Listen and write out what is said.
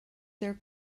their